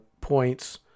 points